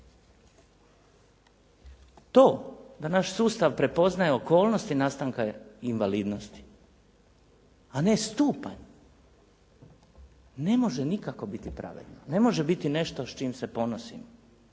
To da naš sustav prepoznaje okolnosti nastanka invalidnosti, a ne stupanj ne može nikako biti pravedno, ne može biti nešto s čim se ponosimo.